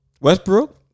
Westbrook